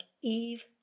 Eve